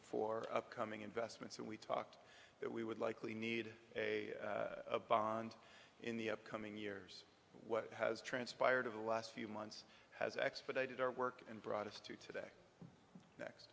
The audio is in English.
for upcoming investments and we talked that we would likely need a bond in the upcoming years what has transpired of the last few months has expedited our work and brought us to today